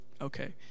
Okay